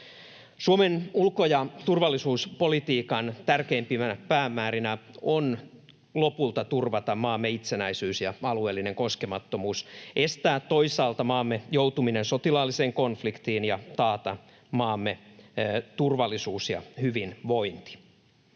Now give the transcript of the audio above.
Suomen ulko- ja turvallisuuspolitiikan tärkeimpinä päämäärinä on lopulta turvata maamme itsenäisyys ja alueellinen koskemattomuus, estää toisaalta maamme joutuminen sotilaalliseen konfliktiin ja taata maamme turvallisuus ja hyvinvointi.